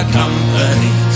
company